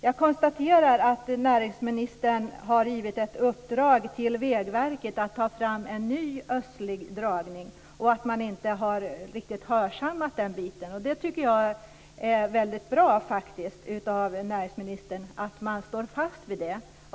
Jag konstaterar att näringsministern har givit ett uppdrag till Vägverket att ta fram en ny östlig dragning och att verket inte riktigt har hörsammat det. Det är bra att näringsministern står fast vid detta.